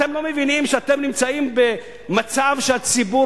אתם לא מבינים שאתם נמצאים במצב שהציבור